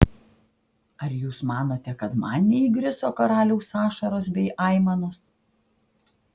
ar jūs manote kad man neįgriso karaliaus ašaros bei aimanos